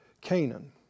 Canaan